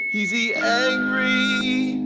he's the angry.